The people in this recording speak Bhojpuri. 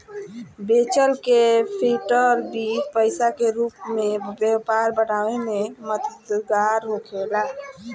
वेंचर कैपिटल बीज पईसा के रूप में व्यापार के बढ़ावे में मददगार होखेला